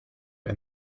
and